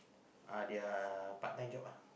uh their part-time job ah